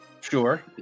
Sure